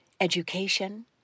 education